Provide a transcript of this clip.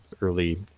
early